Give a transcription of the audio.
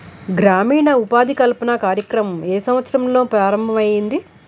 గ్రామీణ ఉపాధి కల్పన కార్యక్రమం ఏ సంవత్సరంలో ప్రారంభం ఐయ్యింది?